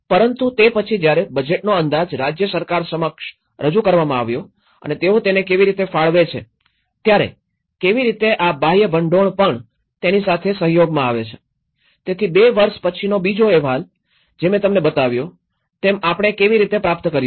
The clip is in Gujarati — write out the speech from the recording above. પરંતુ તે પછી જ્યારે બજેટનો અંદાજ રાજ્ય સરકાર સમક્ષ રજૂ કરવામાં આવ્યો અને તેઓ તેને કેવી રીતે ફાળવે છે ત્યારે કેવી રીતે આ બાહ્ય ભંડોળ પણ તેની સાથે સહયોગમાં આવે છે તેથી ૨ વર્ષ પછીનો બીજો અહેવાલ જે મેં તમને બતાવ્યો તેમ આપણે કેવી રીતે પ્રાપ્ત કર્યો છે